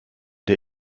der